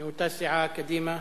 מאותה סיעה, קדימה.